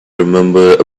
remember